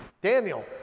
Daniel